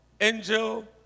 Angel